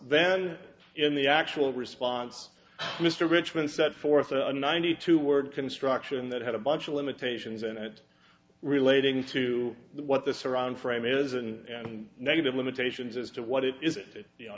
then in the actual response mr richmond set forth a ninety two word construction that had a bunch of limitations in it relating to what the surround frame is and negative limitations as to what it is it